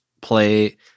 play